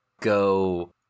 go